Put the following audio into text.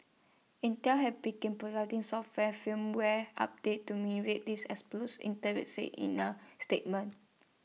Intel have begin providing software and firmware update to mean way these exploits Intel said in A statement